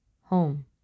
Home